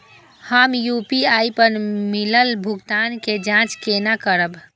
हम यू.पी.आई पर मिलल भुगतान के जाँच केना करब?